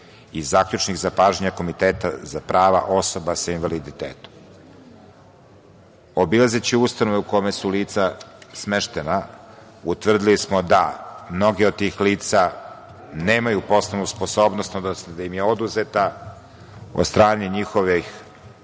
i zaključnih zapažanja Komiteta za prava osoba sa invaliditetom. Obilazeći ustanove u kojima su lica smeštena utvrdili smo da mnoga od tih lica nemaju poslovnu sposobnost, odnosno da im je oduzeta od strane njihovih